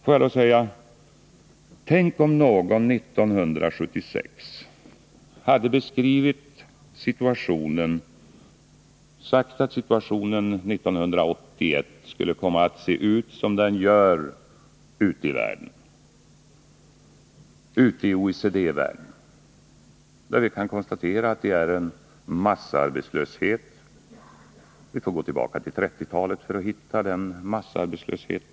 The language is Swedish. Får jag då säga: Tänk om någon 1976 hade sagt att situationen ute i världen 1981 skulle se ut som den nu gör, t.ex. i OECD-länderna! Vi kan konstatera att det där råder en massarbetslöshet — vi får gå tillbaka till 1930-talet för att finna en motsvarande massarbetslöshet.